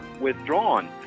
withdrawn